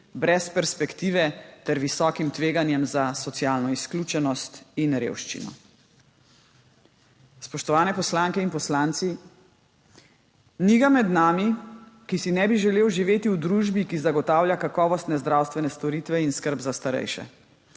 brez perspektive ter visokim tveganjem za socialno izključenost in revščino. Spoštovane poslanke in poslanci, ni ga med nami, ki si ne bi želel živeti v družbi, ki zagotavlja kakovostne zdravstvene storitve in skrb za starejše.